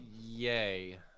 Yay